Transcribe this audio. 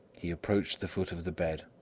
he approached the foot of the bed,